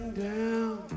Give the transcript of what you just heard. down